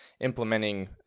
implementing